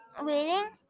waiting